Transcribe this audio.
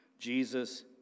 Jesus